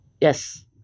Yes